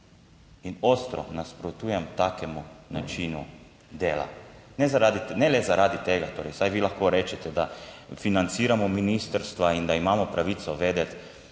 in ostro nasprotujem takemu načinu dela, ne le zaradi tega, torej vsaj vi lahko rečete, da financiramo ministrstva in da imamo pravico vedeti,